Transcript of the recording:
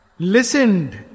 Listened